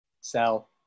Sell